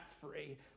free